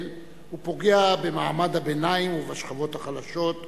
ופוגע במעמד הביניים ובשכבות החלשות.